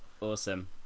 awesome